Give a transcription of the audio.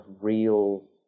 real